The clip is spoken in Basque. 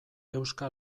eusko